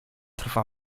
trwa